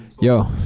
yo